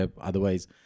Otherwise